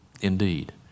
Indeed